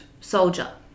soldier